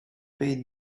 bade